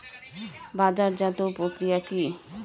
বাজারজাতও প্রক্রিয়া কি?